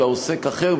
אלא עוסק אחר,